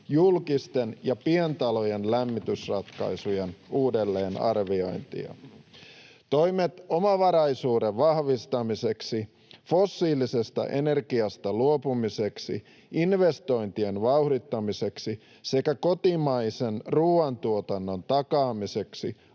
julkisten ja pientalojen lämmitysratkaisujen uudelleen arviointia. Toimet omavaraisuuden vahvistamiseksi fossiilisesta energiasta luopumiseksi, investointien vauhdittamiseksi sekä kotimaisen ruoantuotannon takaamiseksi